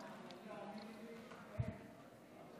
החוק הזה הוא חוק של